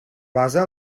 basa